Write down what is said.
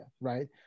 Right